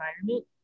environment